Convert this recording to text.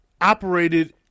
operated